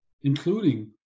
including